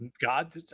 God